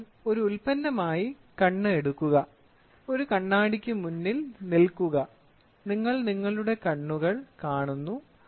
അതിനാൽ ഒരു ഉൽപ്പന്നമായി കണ്ണ് എടുക്കുക ഒരു കണ്ണാടിക്ക് മുന്നിൽ നിൽക്കുക നിങ്ങൾ നിങ്ങളുടെ കണ്ണുകൾ കാണുന്നു